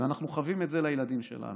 ואנחנו חבים את זה לילדים שלנו.